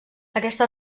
aquesta